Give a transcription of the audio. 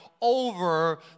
over